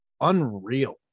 unreal